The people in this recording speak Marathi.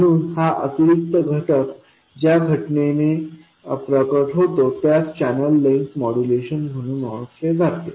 म्हणून हा अतिरिक्त घटक ज्या घटनेद्वारे प्रकट होतो त्यास चॅनेल लेंग्थ मॉड्यूलेशन म्हणून ओळखले जाते